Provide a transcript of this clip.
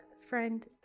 Friend